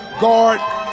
guard